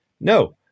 No